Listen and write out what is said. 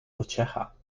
pociecha